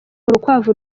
urukwavu